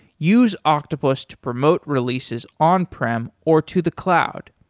use octopus to promote releases on prem or to the cloud.